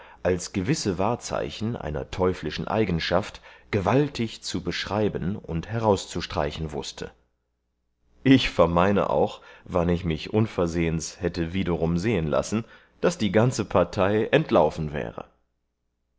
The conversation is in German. als gewisse wahrzeichen einer teuflischen eigenschaft gewaltig zu beschreiben und herauszustreichen wußte ich vermeine auch wann ich mich unversehens hätte wiederum sehen lassen daß die ganze partei entlaufen wäre